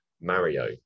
Mario